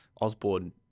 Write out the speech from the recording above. osborne